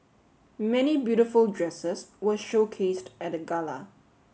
many beautiful dresses were showcased at the gala